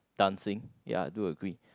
dancing ya I do agree